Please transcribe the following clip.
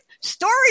Story